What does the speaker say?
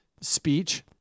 speech